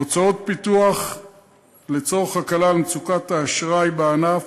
הוצאות פיתוח לצורך הקלה על מצוקת האשראי בענף,